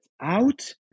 out